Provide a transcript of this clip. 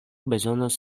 bezonas